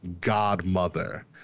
godmother